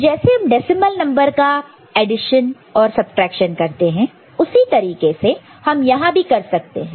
तो जैसे हम डेसिमल नंबर का एडिशन और सबट्रैक्शन करते हैं उसी तरीके से हम यहां भी कर सकते हैं